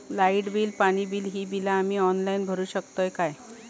Light bill, पाणी bill, ही बिला आम्ही ऑनलाइन भरू शकतय का?